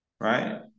right